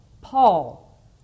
Paul